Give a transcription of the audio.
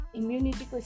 immunity